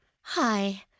Hi